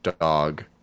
Dog